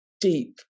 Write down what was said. deep